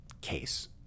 case